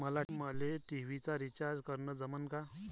मले टी.व्ही चा रिचार्ज करन जमन का?